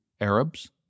Arabs